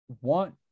want